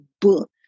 book